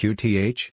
Qth